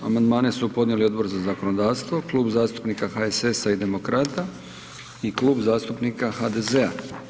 Amandmane su podnijeli Odbor za zakonodavstvo, Klub zastupnika HSS-a i Demokrata i Klub zastupnika HDZ-a.